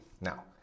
Now